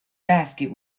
basket